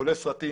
כולל סרטים,